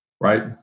right